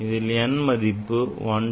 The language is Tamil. இதில் n மதிப்பு 1